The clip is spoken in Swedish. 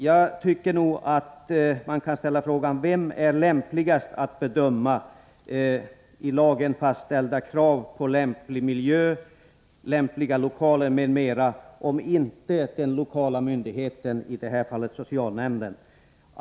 Jag tycker att man mot den bakgrunden kan fråga sig: Vem är mer lämplig att bedöma om man tillgodoser i lagen fastställda krav på lämplig miljö, lämpliga lokaler m.m. än den lokala myndigheten, i det här fallet socialnämnden?